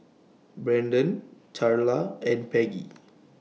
Brenden Charla and Peggy